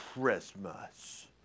Christmas